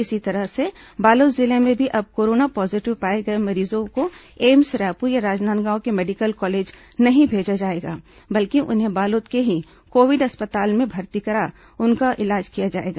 इसी तरह से बालोद जिले में भी अब कोरोना पॉजीटिव पाए गए मरीजों को एम्स रायपुर या राजनांदगांव के मेडिकल कॉलेज नहीं भेजा जाएगा बल्कि उन्हें बालोद के ही कोविड अस्पताल में भर्ती कर उनका इलाज किया जाएगा